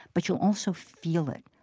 but you'll also feel it.